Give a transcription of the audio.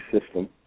system